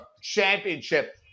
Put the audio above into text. championship